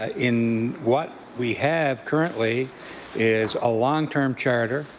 ah in what we have currently is a long-term charter.